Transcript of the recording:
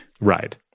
Right